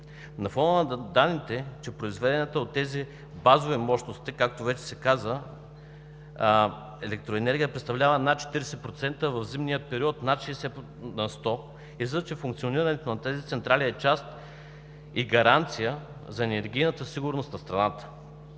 На фона на данните, че произведената от тези базови мощности електроенергия, както вече се каза, представлява над 40%, в зимния период над 60 на 110, излиза, че функционирането на тези централи е част и гаранция за енергийната сигурност на страната.